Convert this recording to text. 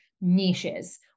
niches